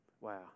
Wow